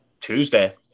Tuesday